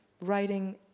writing